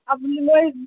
আপুনি লৈ